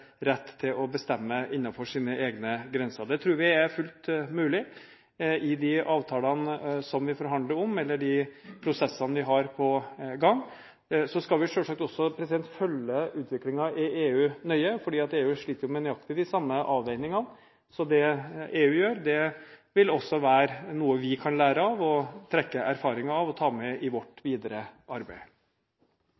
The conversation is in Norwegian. rett til å bestemme innenfor egne grenser. Det tror vi er fullt mulig med de avtalene som vi forhandler om, eller med de prosessene vi har på gang. Så skal vi selvsagt også følge utviklingen i EU nøye, for EU sliter med nøyaktig de samme avveiningene. Så det EU gjør, vil også være noe vi kan lære av, trekke erfaringer av og ta med i vårt